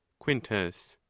quintus.